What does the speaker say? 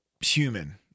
human